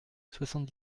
soixante